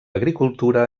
agricultura